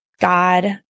God